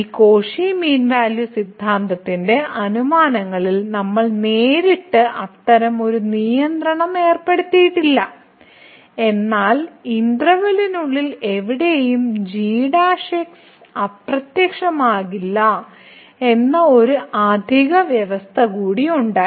ഈ Cauchy mean value സിദ്ധാന്തത്തിന്റെ അനുമാനങ്ങളിൽ നമ്മൾ നേരിട്ട് അത്തരം ഒരു നിയന്ത്രണം ഏർപ്പെടുത്തിയിട്ടില്ല എന്നാൽ ഇന്റർവെൽയ്ക്കുള്ളിൽ എവിടെയും g അപ്രത്യക്ഷമാകില്ല എന്ന ഒരു അധിക വ്യവസ്ഥ കൂടി ഉണ്ടായി